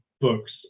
books